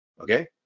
Okay